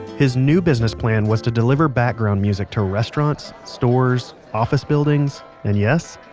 his new business plan was to deliver background music to restaurants, stores, office buildings and yes,